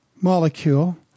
molecule